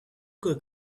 good